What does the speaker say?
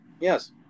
yes